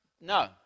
No